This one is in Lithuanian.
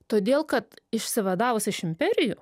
todėl kad išsivadavus iš imperijų